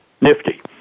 nifty